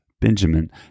Benjamin